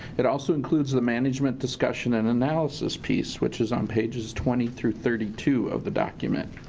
it also includes the management discussion and analysis piece which is on pages twenty through thirty two of the document.